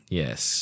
yes